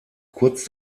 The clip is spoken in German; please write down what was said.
kurz